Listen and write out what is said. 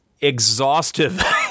exhaustive